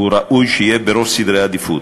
ראוי שתהיה בראש סדר העדיפויות.